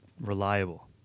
reliable